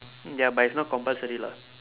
ya but it's not compulsory lah